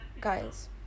guys